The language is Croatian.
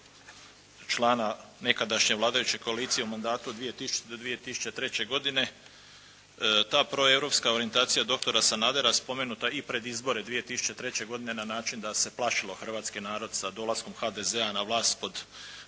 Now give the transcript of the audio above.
člana nekadašnje vladajuće koalicije u mandatu od 2000. do 2003. godine, ta proeuropska orijentacija doktora Sanadera spomenuta i pred izbore 2003. godine na način da se plašilo hrvatski narod sa dolaskom HDZ-a na vlast pod